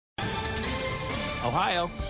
Ohio